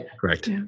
Correct